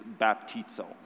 baptizo